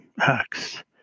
acts